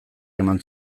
ematen